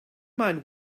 mind